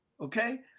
okay